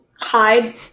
hide